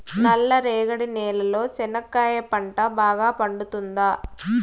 నల్ల రేగడి నేలలో చెనక్కాయ పంట బాగా పండుతుందా?